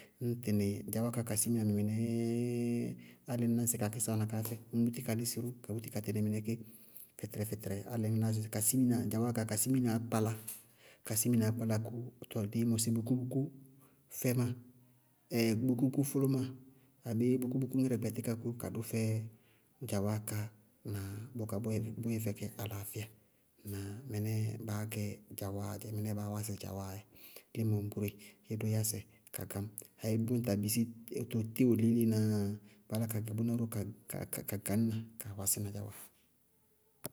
Ññ tɩnɩ dzawáa ká ka simina mɛ mɩnɛɛɛ álɩ ñ ná sɩ kakísaá wáana kaá fɛ ññ búti ka lísí ró ka búti ka tɩnɩ mɩnɛ ké fɛtɛrɛ-fɛtɛrɛ álɩ ŋñ ná sɩ ka simina, dzawáa ká ka siminaá kpála, ka siminaá kpáláa kóo tɔɔ díí mɔsɩ búkú-búkú fɩmáa ɛɛ búkú-búkú fʋlʋmáa abéé ŋírɛ gbɛtíka kóo ka dʋfɛ dzawáa ká na bʋká bʋ yɛ fɛkɛ alaafíya. Ŋnáa? Mɩnɛɛ baá gɛ dzawáaá dzɛ, mɩnɛɛ baá wásɩ dzawáaá dzɛ. Límɔ ŋbúre íí dʋ yásɛ ka gañ, ayé bíɩ bʋ taa bisí wóto tíwɔ liílenáá yáa, baá yála ka gɛ bʋná ró ka ka gañna ka wásí na dzawáa.